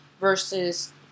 versus